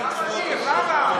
למה,